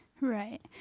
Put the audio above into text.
Right